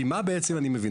כי מה בעצם אני מבין?